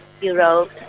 Europe